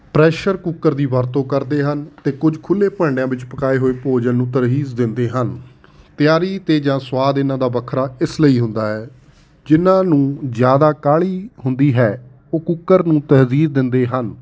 pressure cooker ਦੀ ਵਰਤੋਂ ਕਰਦੇ ਹਨ ਅਤੇ ਕੁਝ ਖੁੱਲ੍ਹੇ ਭਾਂਡਿਆਂ ਵਿੱਚ ਪਕਾਏ ਹੋਏ ਭੋਜਨ ਨੂੰ ਤਰਜੀਹ ਦਿੰਦੇ ਹਨ ਤਿਆਰੀ ਅਤੇ ਜਾਂ ਸਵਾਦ ਇਹਨਾਂ ਦਾ ਵੱਖਰਾ ਇਸ ਲਈ ਹੁੰਦਾ ਹੈ ਜਿਹਨਾਂ ਨੂੰ ਜ਼ਿਆਦਾ ਕਾਹਲੀ ਹੁੰਦੀ ਹੈ ਉਹ ਕੁੱਕਰ ਨੂੰ ਤਰਜੀਹ ਦਿੰਦੇ ਹਨ